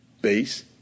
base